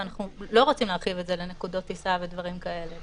ואנחנו לא רוצים להרחיב את זה לנקודות טיסה ודברים כאלה.